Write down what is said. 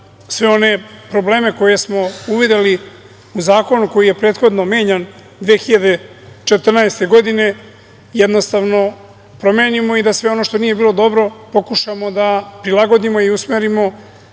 da sve one probleme koje smo uvideli u zakonu koji je prethodno menjan 2014. godine jednostavno promenimo i da sve ono što nije bilo dobro, pokušamo da prilagodimo i usmerimo